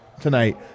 tonight